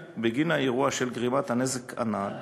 בגין האירוע של גרימת הנזק הנ"ל